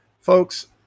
Folks